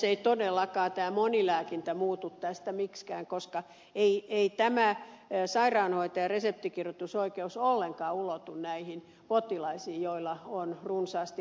ei todellakaan tämä monilääkintä muutu tästä miksikään koska ei tämä sairaanhoitajan reseptinkirjoitusoikeus ollenkaan ulotu näihin potilaisiin joilla on runsaasti lääkitystä